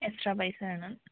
extra പൈസ വേണം